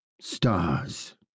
Stars